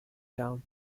town